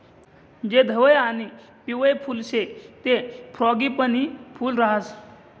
जे धवयं आणि पिवयं फुल शे ते फ्रॉगीपनी फूल राहास